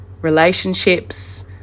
relationships